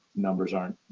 numbers aren't